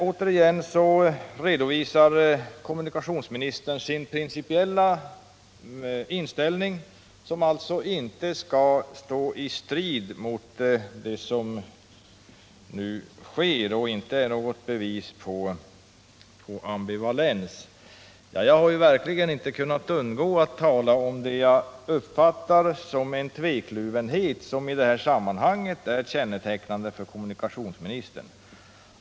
Återigen redovisar kommunikationsministern sin principiella inställning, som enligt kommunikationsministern inte strider mot vad som nu sker och som inte är något bevis på ambivalens. Jag har verkligen inte kunnat undgå att tala om det jag uppfattar som en tvekluvenhet, som i detta sammanhang är kännetecknande för kommunikationsministern.